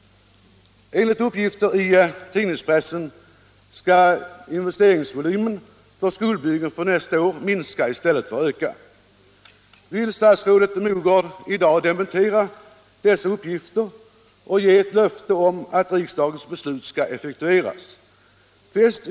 Enligt uppgifter i tidningspressen skall investeringsvolymen för skolbyggen för nästa år minska i stället för att öka. Vill statsrådet Mogård i dag dementera dessa uppgifter och ge ett löfte om att riksdagens beslut skall effektueras?